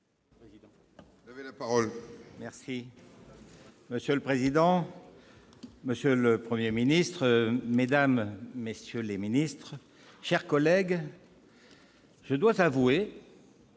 groupe. Monsieur le président, monsieur le Premier ministre, mesdames, messieurs les ministres, chers collègues, je dois avouer